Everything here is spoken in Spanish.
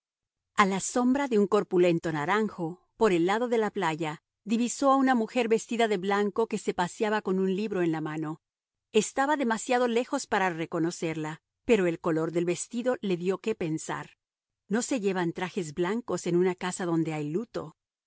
a la sombra de un corpulento naranjo por el lado de la playa divisó a una mujer vestida de blanco que se paseaba con un libro en la mano estaba demasiado lejos para reconocerla pero el color del vestido le dio que pensar no se llevan trajes blancos en una casa donde hay luto